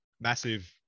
massive